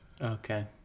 Okay